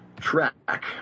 track